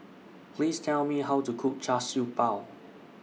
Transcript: Please Tell Me How to Cook Char Siew Bao